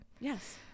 yes